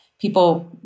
people